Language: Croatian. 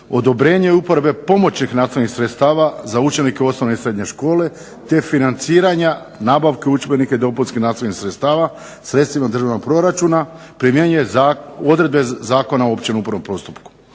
odobrenje uporabe pomoćnih nastavnih sredstava za učenike u osnovne i srednje škole, te financiranja nabavke udžbenika i dopunskih nastavnih sredstava sredstvima državnog proračuna primjenjuje odredbe Zakona o općem upravnom postupku.